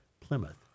Plymouth